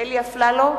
אלי אפללו,